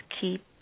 keep